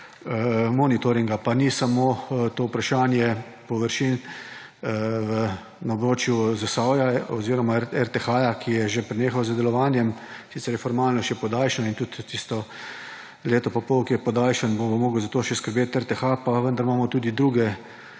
monitoringa. Pa ni samo to vprašanje površin na območju Zasavja oziroma RTH, ki je že prenehal z delovanjem. Sicer je formalno še podaljšan in tudi tisto podaljšano leto in pol, ko bo moral za to še skrbeti RTH, pa vendar imamo tudi druga